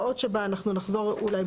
לראות שבאמת אותה זהירות שדיברה עליה שרון,